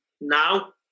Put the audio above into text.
now